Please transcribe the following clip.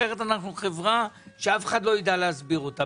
אחרת אנחנו חברה שאף אחד לא יידע להסביר אותה.